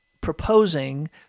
proposing